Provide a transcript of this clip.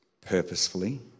purposefully